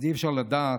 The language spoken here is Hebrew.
אז אי-אפשר לדעת.